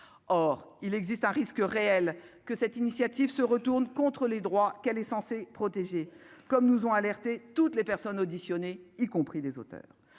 or il existe un risque réel que cette initiative se retourne contre les droits qu'elle est censée protéger comme nous, ont alerté toutes les personnes auditionnées, y compris des auteurs